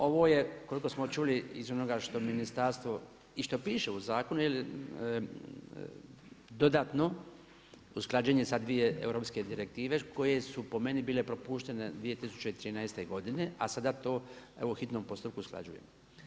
Ovo je koliko smo čuli iz onoga što ministarstvo i što piše u zakonu dodatno usklađenje sa dvije europske direktive koje su po meni bile propuštene 2013. godine, a sada to evo u hitnom postupku usklađujemo.